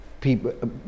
people